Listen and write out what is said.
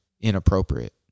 inappropriate